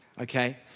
Okay